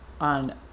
on